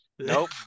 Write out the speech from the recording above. nope